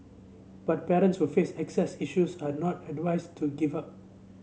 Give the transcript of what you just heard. but parents who face access issues are not advised to give up